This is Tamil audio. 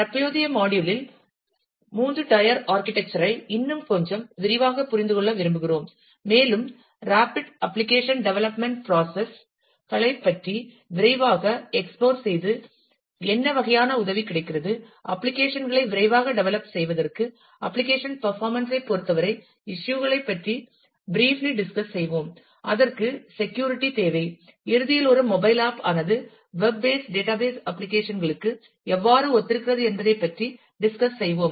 தற்போதைய மாடியுல் இல் 3 டயர் ஆர்கிடெக்சர் ஐ இன்னும் கொஞ்சம் விரிவாகப் புரிந்துகொள்ள விரும்புகிறோம் மேலும் ராபிட் அப்ளிகேஷன் டெவலப்மென்ட் ப்ராசஸ் களைப் பற்றி விரைவாக எக்ஸ்ப்ளோர் செய்து என்ன வகையான உதவி கிடைக்கிறது அப்ளிகேஷன் களை விரைவாக டெவலப் செய்வதற்கு அப்ளிகேஷன் பர்பாமன்ஸ் ஐ பொறுத்தவரை இஸ்யூ களை பற்றி பிரீப்லி டிஸ்கஸ் செய்வோம் அதற்கு செக்யூரிட்டி தேவை இறுதியில் ஒரு மொபைல் ஆப் ஆனது வெப் பேஸ்ட் டேட்டாபேஸ் அப்ளிகேஷன் களுக்கு எவ்வாறு ஒத்திருக்கிறது என்பதைப் பற்றி டிஸ்கஸ் செய்வோம்